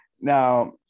Now